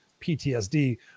PTSD